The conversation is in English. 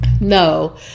No